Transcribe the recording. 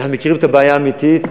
אנחנו מכירים את הבעיה האמיתית.